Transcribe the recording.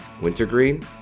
wintergreen